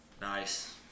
Nice